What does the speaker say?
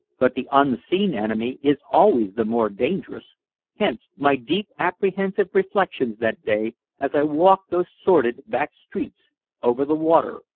but the unseen enemy is always the more dangerous hence my deep apprehensive reflections that day as i walked those sordid back streets over the water,